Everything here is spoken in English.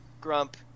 Grump